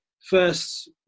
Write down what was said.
first